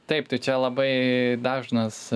taip tai čia labai dažnas